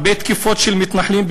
הרבה תקיפות של מתנחלים,